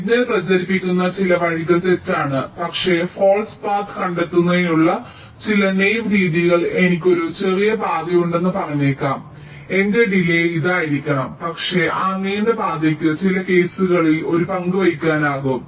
signal പ്രചരിപ്പിക്കുന്ന ചില വഴികൾ തെറ്റാണ് പക്ഷേ ഫാൾസ് പാത് കണ്ടെത്തുന്നതിനുള്ള ചില നേവ് രീതികൾ എനിക്ക് ഒരു ചെറിയ പാതയുണ്ടെന്ന് പറഞ്ഞേക്കാം എന്റെ ഡിലേയ് ഇതായിരിക്കണം പക്ഷേ ആ നീണ്ട പാതയ്ക്ക് ചില കേസുകളിൽ ഒരു പങ്കു വഹിക്കാനാകും